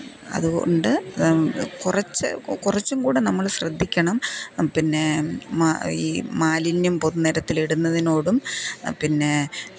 അതുകൊണ്ട് കുറച്ച് കുറച്ചുംകൂടെ നമ്മള് ശ്രദ്ധിക്കണം പിന്നെ ഈ മാലിന്യം പൊത് നിരത്തിലിടുന്നതിനോടും പിന്നെ